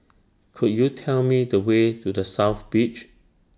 Could YOU Tell Me The Way to The South Beach